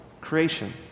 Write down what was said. creation